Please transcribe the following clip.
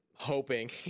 hoping